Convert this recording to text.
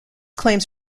claims